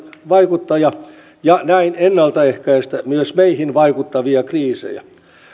vaikuttaja ja näin ennalta ehkäistä myös meihin vaikuttavia kriisejä